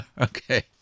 Okay